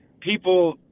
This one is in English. people